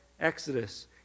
Exodus